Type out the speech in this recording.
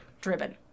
driven